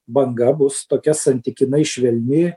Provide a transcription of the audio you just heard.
banga bus tokia santykinai švelni